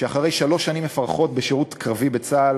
שאחרי שלוש שנים לפחות בשירות קרבי בצה"ל